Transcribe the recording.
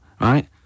Right